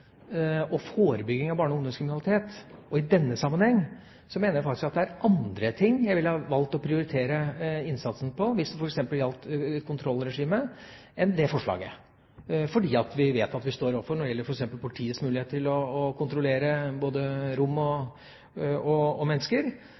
med forebygging av barne- og ungdomskriminalitet. I denne sammenheng mener jeg faktisk at det er andre ting jeg ville ha valgt å prioritere innsatsen på hvis det f.eks. gjaldt kontrollregimet, enn det forslaget. Når det gjelder f.eks. politiets mulighet til å kontrollere både rom og